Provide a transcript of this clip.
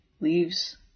leaves